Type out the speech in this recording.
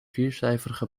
viercijferige